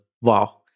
Wow